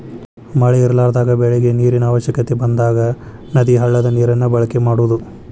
ಮಳಿ ಇರಲಾರದಾಗ ಬೆಳಿಗೆ ನೇರಿನ ಅವಶ್ಯಕತೆ ಬಂದಾಗ ನದಿ, ಹಳ್ಳದ ನೇರನ್ನ ಬಳಕೆ ಮಾಡುದು